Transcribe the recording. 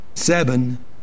seven